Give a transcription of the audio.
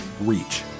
reach